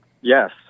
Yes